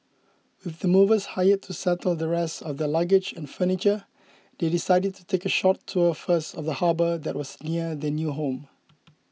with the movers hired to settle the rest of their luggage and furniture they decided to take a short tour first of the harbour that was near their new home